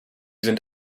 sind